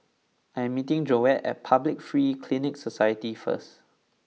I am meeting Joette at Public Free Clinic Society first